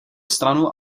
stranu